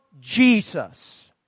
Jesus